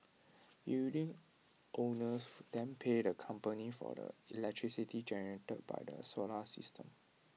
building owners then pay the company for the electricity generated by the solar system